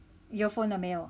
earphone 了没有